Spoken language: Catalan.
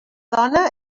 dona